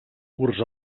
curts